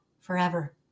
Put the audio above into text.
forever